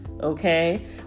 okay